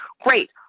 Great